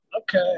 Okay